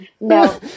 no